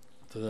תודה.